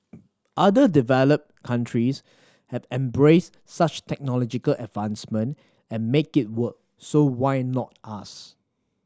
other developed countries have embraced such technological advancement and make it work so why not us